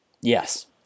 Yes